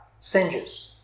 singes